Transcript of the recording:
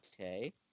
Okay